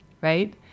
right